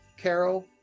Carol